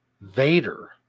Vader